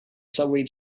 subway